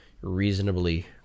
reasonably